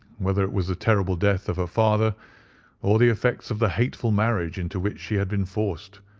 whether it was the terrible death of her father or the effects of the hateful marriage into which she had been forced,